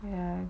ya